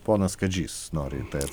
ponas kadžys nori į tai